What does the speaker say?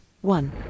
one